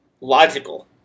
logical